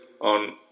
on